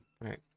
Right